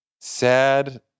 sad